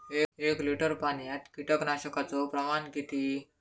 एक लिटर पाणयात कीटकनाशकाचो प्रमाण किती?